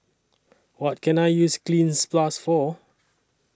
What Can I use Cleanz Plus For